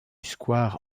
square